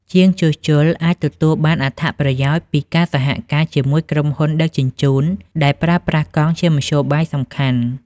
ជាងជួសជុលអាចទទួលបានអត្ថប្រយោជន៍ពីការសហការជាមួយក្រុមហ៊ុនដឹកជញ្ជូនដែលប្រើប្រាស់កង់ជាមធ្យោបាយសំខាន់។